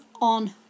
on